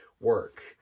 work